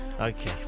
Okay